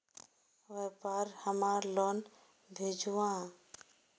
व्यापार हमार लोन भेजुआ?